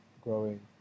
growing